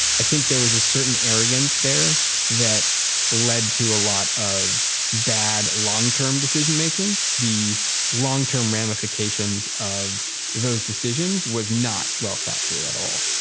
i think there was a certain arrogance there that led to a lot of bad long-term decision-making. the long-term ramifications of those decisions was not well thought through at all.